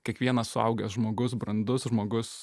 kiekvienas suaugęs žmogus brandus žmogus